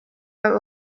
that